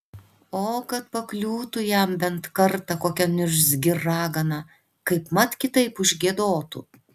o kad pakliūtų jam bent kartą kokia niurzgi ragana kaipmat kitaip užgiedotų